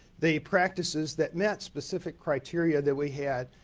the practices that met specific criteria that we had,